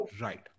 Right